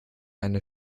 eine